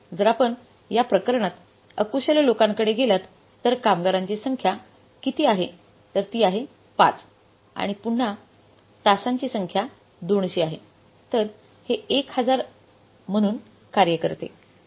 जर आपण या प्रकरणात अकुशल लोकांकडे गेलात तर कामगारांची संख्या किती आहे तर ती आहे 5 आणि पुन्हा तासांची संख्या 200 आहे तर हे 1000 म्हणून कार्य करते